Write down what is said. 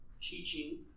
teaching